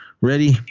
ready